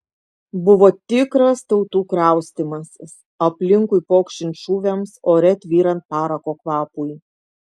buvo tikras tautų kraustymasis aplinkui pokšint šūviams ore tvyrant parako kvapui